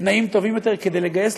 תנאים טובים יותר כדי לגייס,